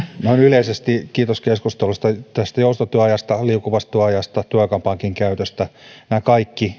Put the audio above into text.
noin yleisesti kiitos keskustelusta tästä joustotyöajasta liukuvasta työajasta työpaikapankin käytöstä nämä kaikki